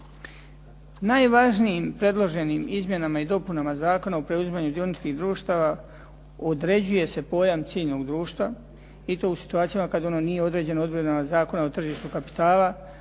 Najvažnijim predloženim izmjenama i dopunama Zakona o preuzimanju dioničkih društava određuje se pojam ciljnog društva i to u situacijama kada ono nije određeno odredbama Zakona o tržištu kapitala,